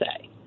say